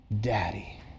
Daddy